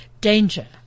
danger